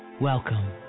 Welcome